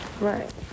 Right